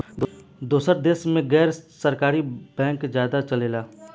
दोसर देश मे गैर सरकारी बैंक ज्यादे चलेला